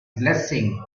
blessing